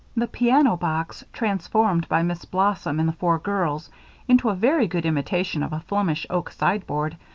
the piano box, transformed by miss blossom and the four girls into a very good imitation of a flemish oak sideboard,